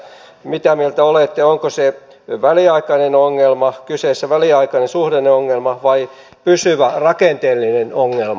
mitä mieltä olette onko se väliaikainen ongelma onko kyseessä väliaikainen suhdanneongelma vai pysyvä rakenteellinen ongelma